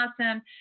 awesome